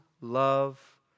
love